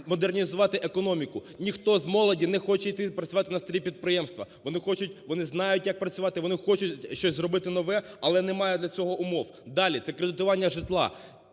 модернізувати економіку. Ніхто з молоді не хоче йти працювати на старі підприємства. Вони хочуть, вони знають, як працювати, вони хочуть щось зробити нове, але немає для цього умов. Далі. Це кредитування житла.